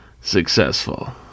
successful